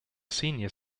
senior